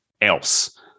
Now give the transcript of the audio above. else